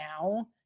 now